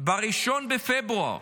ב-1 בפברואר,